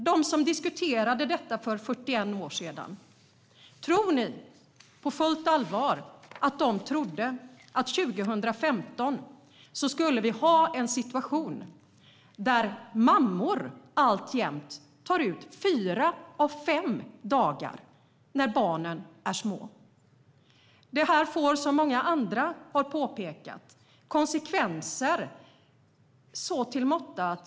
Tror ni på fullt allvar att de som för 41 år sedan diskuterade detta trodde att vi 2015 skulle ha en situation där mammor alltjämt tar ut fyra av fem dagar när barnen är små? Detta får, som många andra har påpekat, konsekvenser.